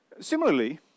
Similarly